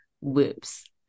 Whoops